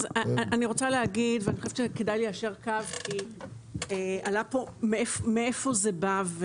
אני חושבת שכדאי ליישר קו מאיפה זה בא.